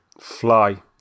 fly